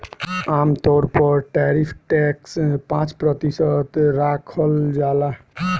आमतौर पर tariff tax पाँच प्रतिशत राखल जाला